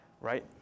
right